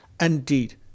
indeed